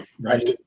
Right